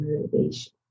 motivation